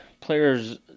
players